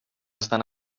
estan